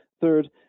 Third